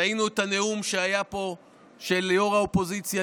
ראינו את הנאום שהיה פה של יו"ר האופוזיציה,